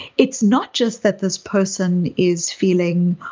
it's not just that this person is feeling,